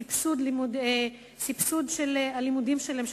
הסבסוד של הלימודים שלהם,